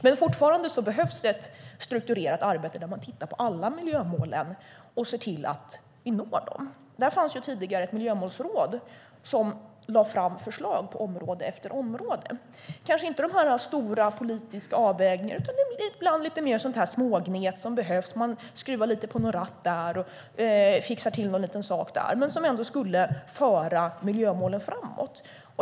Men fortfarande behövs det ett strukturerat arbete där man tittar på alla miljömål och ser till att nå dem. Det fanns tidigare ett miljömålsråd som lade fram förslag på område efter område. Det handlade kanske inte om stora och politiska avvägningar utan om lite mer smågnet som behövs. Man skruvar lite på någon ratt och fixar till någon liten sak. Men det skulle ändå föra miljömålen framåt.